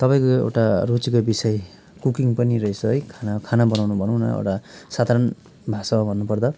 तपाईँको एउटा रुचिको बिषय कुकिङ पनि रहेछ है खाना खाना बनाउनु भनौँ न एउटा साधारण भाषामा भन्नु पर्दा